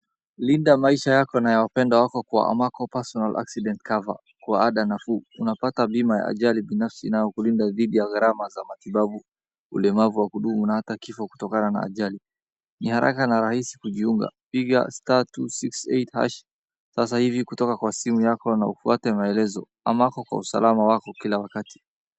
Linda maisha yako na ya wapendwa wako kwa Amako Personal Accident Cover. Kwa ada nafuu, unapata bima ya ajali binafsi inayokulinda dhidhi ya gharama za matibabu, ulemavu wa kudumu na hata kifo kutokana na ajali. Ni haraka na rahisi kujiunga, piga *268# sasa hivi kutoka kwa simu yako na ufuate maelezo. Amako kwa usalama wako kila wakati.